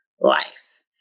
life